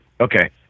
Okay